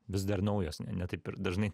vis dar naujos ne taip ir dažnai